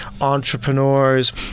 entrepreneurs